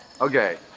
okay